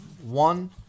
one